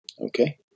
okay